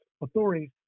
authorities